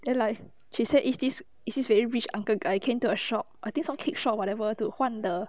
then like she said is this is is very rich uncle guy came to her shop I think some cake shop whatever to 换的